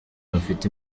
bafite